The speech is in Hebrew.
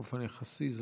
באופן יחסי זה